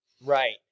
Right